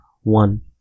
one